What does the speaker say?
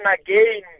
again